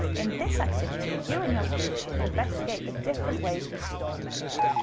in this activity you and your kids can investigate the different ways we store memories.